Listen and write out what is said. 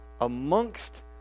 amongst